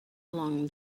along